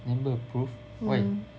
never approve why